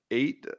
eight